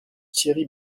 thierry